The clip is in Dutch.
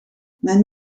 men